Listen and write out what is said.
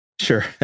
Sure